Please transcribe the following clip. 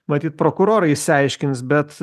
matyt prokurorai išsiaiškins bet